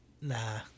nah